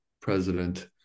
president